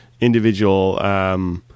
individual